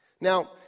Now